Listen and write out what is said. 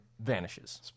vanishes